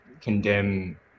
condemn